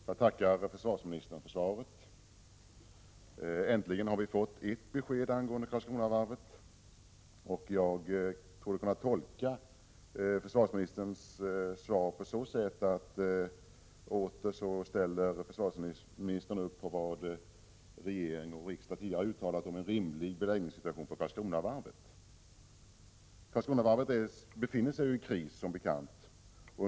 Herr talman! Jag tackar försvarsministern för svaret. Äntligen har vi fått ett besked angående Karlskronavarvet. Jag torde kunna tolka försvarsministerns svar på så sätt att försvarsministern åter ställer upp på vad regering och riksdag tidigare har uttalat om en rimlig beläggningssituation för Karlskronavarvet. Karlskronavarvet befinner sig som bekant i kris.